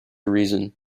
reason